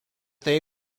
they